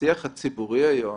שהשיח הציבורי היום,